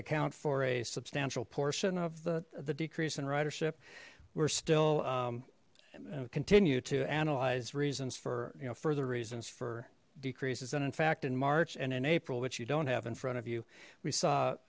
account for a substantial portion of the the decrease in ridership we're still continue to analyze reasons for you know further reasons for decreases and in fact in march and in april which you don't have in front of you we saw